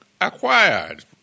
acquired